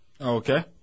Okay